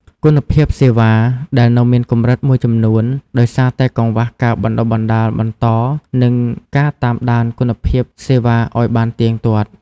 គុណភាពសេវា ដែលនៅមានកម្រិតមួយចំនួន ដោយសារតែកង្វះការបណ្តុះបណ្តាលបន្ត និងការតាមដានគុណភាពសេវាឱ្យបានទៀងទាត់។